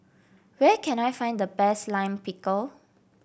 where can I find the best Lime Pickle